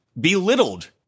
belittled